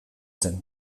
zen